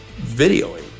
videoing